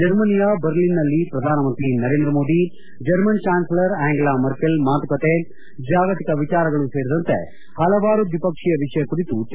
ಜರ್ಮನಿಯ ಬರ್ಲಿನ್ನಲ್ಲಿ ಪ್ರಧಾನಮಂತ್ರಿ Narendra Modi German chancellor Angela Merkel ಮಾತುಕತೆ ಜಾಗತಿಕ ವಿಚಾರಗಳೂ ಸೇರಿದಂತೆ ಪಲವಾರು ದ್ವಿಪಕ್ಷೀಯ ವಿಷಯ ಕುರಿತು ಚರ್ಜೆ